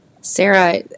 Sarah